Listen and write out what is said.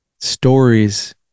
stories